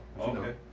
okay